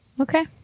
okay